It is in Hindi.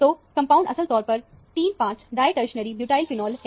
तो कंपाउंड असल तौर पर 35 diphenol है